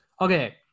Okay